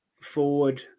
forward